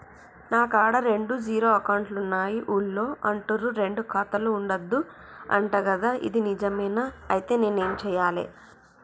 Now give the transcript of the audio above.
నా కాడా రెండు జీరో అకౌంట్లున్నాయి ఊళ్ళో అంటుర్రు రెండు ఖాతాలు ఉండద్దు అంట గదా ఇది నిజమేనా? ఐతే నేనేం చేయాలే?